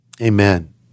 Amen